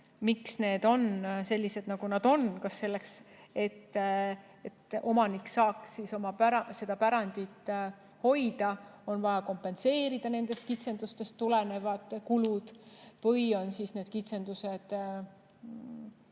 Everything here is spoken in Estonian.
Miks tingimused on sellised, nagu nad on? Kas selleks, et omanik saaks seda pärandit hoida, on vaja kompenseerida nendest kitsendustest tulenevat kulud? Või on kitsendused